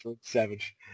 savage